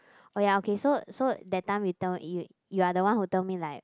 oh ya okay so so that time you told you you are the one who told me like